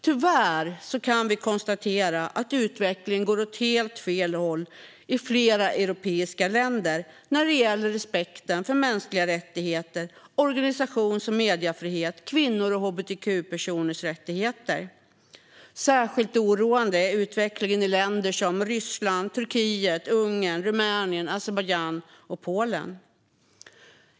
Tyvärr kan vi konstatera att utvecklingen går åt helt fel håll i flera europeiska länder när det gäller respekten för mänskliga rättigheter, organisations och mediefrihet och kvinnors och hbtq-personers rättigheter. Särskilt oroande är utvecklingen i länder som Ryssland, Turkiet, Ungern, Rumänien, Azerbajdzjan och Polen.